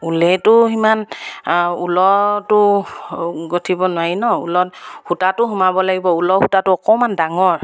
ঊলেটো সিমান ঊলৰটো গোঁঠিব নোৱাৰি ন ঊলত সূতাটো সোমাব লাগিব ঊলৰ সূতাটো অকণমান ডাঙৰ